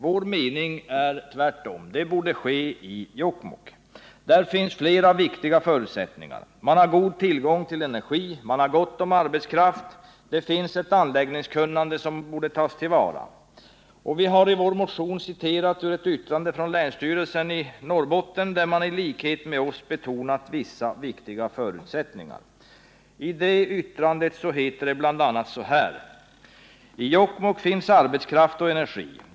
Vår mening är att det borde ske i Jokkmokk. Där finns flera viktiga förutsättningar. Man har god tillgång till energi, man har gott om arbetskraft, och det finns ett anläggningskunnande som borde tas till vara. Vi har i vår motion citerat ur ett yttrande från länsstyrelsen i Norrbotten, där man i likhet med oss betonar vissa viktiga förutsättningar. I yttrandet heter det bl.a.: ”T Jokkmokk finns arbetskraft och energi.